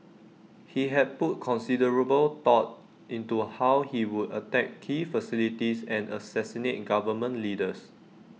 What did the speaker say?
he had put considerable thought into how he would attack key facilities and assassinate in government leaders